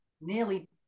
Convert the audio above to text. nearly